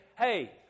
Hey